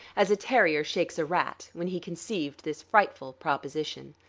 as a terrier shakes a rat, when he conceived this frightful proposition.